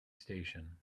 station